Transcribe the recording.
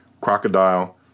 Crocodile